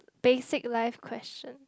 basic life question